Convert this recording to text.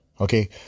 Okay